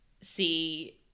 see